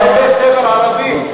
זה בית-ספר ערבי.